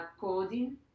coding